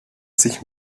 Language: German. sich